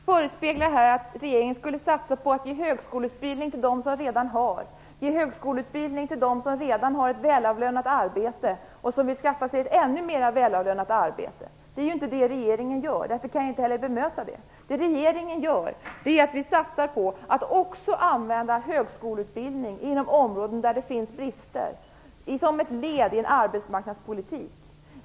Herr talman! Rose-Marie Frebran förespeglar att regeringen satsar på att ge högskoleutbildning till dem som redan har ett välavlönat arbete och som vill skaffa sig ett ännu mera välavlönat arbete. Det är inte det som regeringen gör. Därför kan jag inte bemöta detta. Regeringen satsar på att använda högskoleutbildning inom områden där det finns brister som ett led i arbetsmarknadspolitiken.